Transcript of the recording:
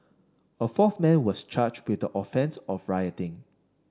a fourth man was charged with the offence of rioting